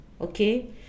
Okay